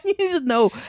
No